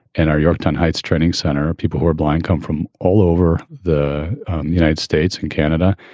and our yorktown heights training center, people who are blind come from all over the united states and canada.